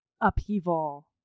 upheaval